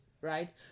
right